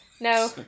No